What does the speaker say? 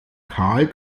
karl